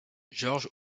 george